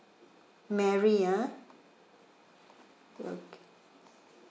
marie ah okay